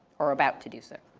or are about to do so.